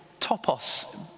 topos